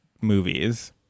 movies